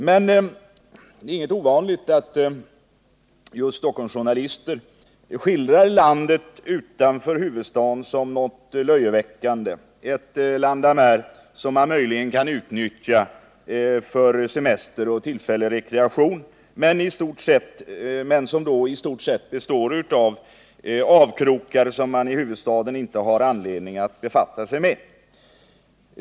Men det är inget ovanligt att just Stockholmsjournalister skildrar landet utanför huvudstaden som något löjeväckande, landamären som man möjligen kan utnyttja för semester och tillfällig rekreation men som i stort sett består av avkrokar som man i huvudstaden inte har anledning att befatta sig med.